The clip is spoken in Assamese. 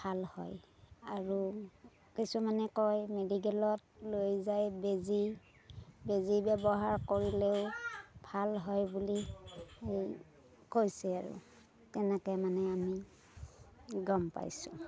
ভাল হয় আৰু কিছুমানে কয় মেডিকেলত লৈ যায় বেজী বেজী ব্যৱহাৰ কৰিলেও ভাল হয় বুলি সেই কৈছে আৰু তেনেকে মানে আমি গম পাইছোঁ